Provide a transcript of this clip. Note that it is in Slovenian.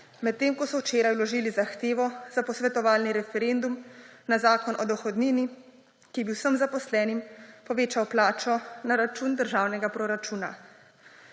medtem ko so včeraj vložili zahtevo za posvetovalni referendum na Zakon o dohodnini, ki bi vsem zaposlenim povečal plačo na račun državnega proračuna.